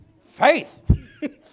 Faith